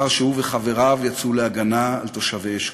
לאחר שהוא וחבריו יצאו להגנה על תושבי אשכול.